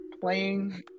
playing